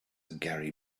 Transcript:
gary